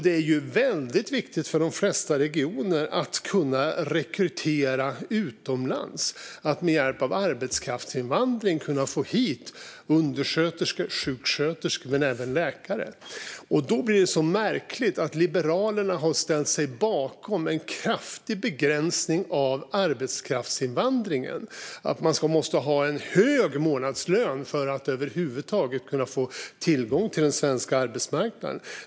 Det är väldigt viktigt för de flesta regioner att kunna rekrytera utomlands och att med hjälp av arbetskraftsinvandring kunna få hit undersköterskor och sjuksköterskor men även läkare. Därför blir det så märkligt att Liberalerna har ställt sig bakom en kraftig begränsning av arbetskraftsinvandringen och att man måste ha en hög månadslön för att över huvud taget kunna få tillgång till den svenska arbetsmarknaden.